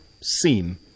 seen